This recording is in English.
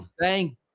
thank